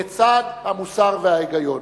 לצד המוסר וההיגיון.